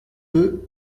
deux